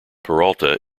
peralta